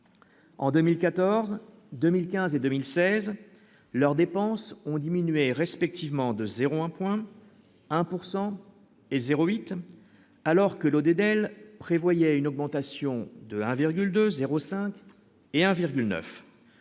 en 2014, 2015 et 2016, leurs dépenses ont diminué respectivement de 0 1,1 pourcent et 0 8 alors que l'prévoyait une augmentation de 1,2 0 5 et 1,9